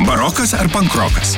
barokas ar pankrokas